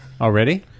already